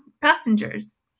passengers